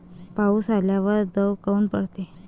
पाऊस आल्यावर दव काऊन पडते?